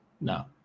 No